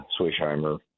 Swishheimer